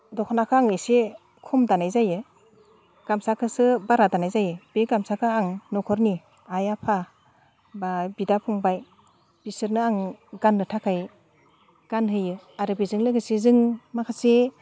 दखनाखौ आं एसे खम दानाय जायो गामसाखौसो बारा दानाय जायो बे गामसाखौ आं न'खरनि आइ आफा बा बिदा फंबाय बिसोरनो आं गाननो थाखाय गानहोयो आरो बेजों लोगोसे जों माखासे